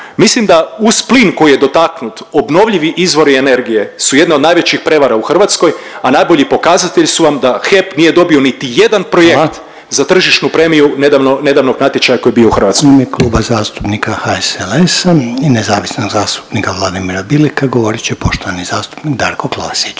Mislim da uz plin koji je dotaknut, obnovljivi izvori energije su jedna od najvećih prevara u Hrvatskoj, a najbolji pokazatelji su vam da HEP nije dobio niti jedan projekt … …/Upadica Željko Reiner: Hvala./… … za tržišnu premiju nedavnog, nedavnog natječaja koji je bio u Hrvatskoj. **Reiner, Željko (HDZ)** U ime Kluba zastupnika HSLS-a i nezavisnog zastupnika Vladimira Bileka govorit će poštovani zastupnik Darko Klasić.